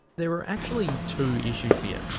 there are actually two issues here,